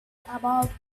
about